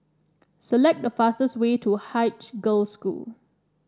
select the fastest way to Haig Girls' School